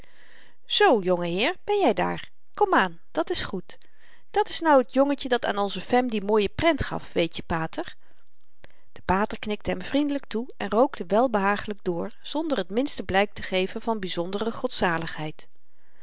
zoo jongeheer ben jy daar komaan dat s goed dat s nou t jongetje dat aan onze fem die mooie prent gaf weetje pater de pater knikte hem vriendelyk toe en rookte welbehagelyk door zonder t minste blyk te geven van byzondere